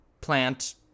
plant